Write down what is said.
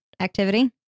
activity